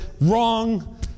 wrong